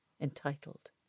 entitled